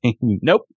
Nope